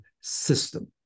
system